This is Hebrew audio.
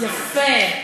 יפה.